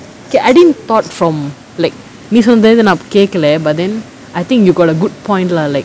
okay I didn't thought from like நீ சொன்னதிலிருந்து நா கேகல:nee sonnathilirunthu naa kekkala but then I think you got a good point lah like